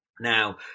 Now